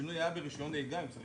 השינוי היה ברישיון נהיגה.